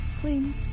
Clean